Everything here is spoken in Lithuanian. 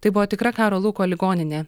tai buvo tikra karo lauko ligoninė